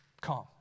calm